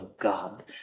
God